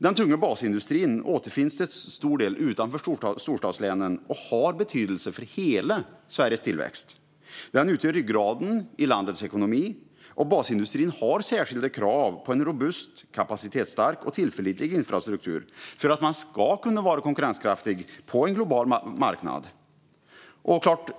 Den tunga basindustrin återfinns till stor del utanför storstadslänen och har betydelse för hela Sveriges tillväxt. Den utgör ryggraden i landets ekonomi, och basindustrin har särskilda krav på en robust, kapacitetsstark och tillförlitlig infrastruktur för att vara konkurrenskraftig på en global marknad.